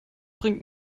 bringt